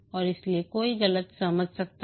और इसलिए कोई गलत समझ सकता है